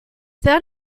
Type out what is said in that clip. that